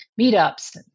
meetups